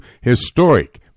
historic